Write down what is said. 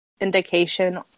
indication